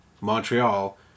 Montreal